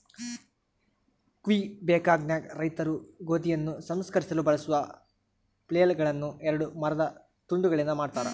ಕ್ವಿಬೆಕ್ನಾಗ ರೈತರು ಗೋಧಿಯನ್ನು ಸಂಸ್ಕರಿಸಲು ಬಳಸುವ ಫ್ಲೇಲ್ಗಳುನ್ನ ಎರಡು ಮರದ ತುಂಡುಗಳಿಂದ ಮಾಡತಾರ